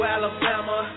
Alabama